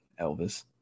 elvis